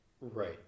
Right